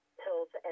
pills